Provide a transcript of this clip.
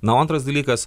na o antras dalykas